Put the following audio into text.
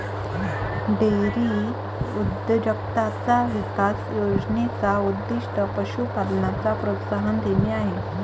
dairy उद्योजकताचा विकास योजने चा उद्दीष्ट पशु पालनाला प्रोत्साहन देणे आहे